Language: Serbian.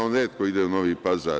On retko ide u Novi Pazar.